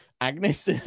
Agnes